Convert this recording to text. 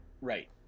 right